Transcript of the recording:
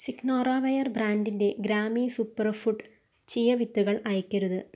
Signoraware ബ്രാൻഡിന്റെ ഗ്രാമി superfood chia വിത്തുകൾ അയയ്ക്കരുത്